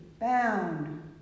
bound